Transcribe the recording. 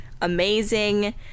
amazing